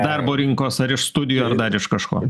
darbo rinkos ar iš studijų ar dar iš kažko